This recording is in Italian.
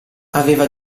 aveva